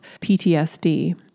PTSD